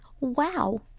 WOW